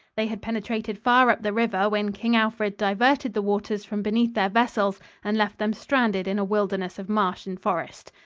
they had penetrated far up the river when king alfred diverted the waters from beneath their vessels and left them stranded in a wilderness of marsh and forest.